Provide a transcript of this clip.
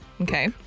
Okay